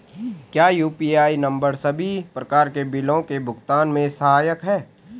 क्या UPI number सभी प्रकार के बिलों के भुगतान में सहायक हैं?